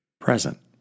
present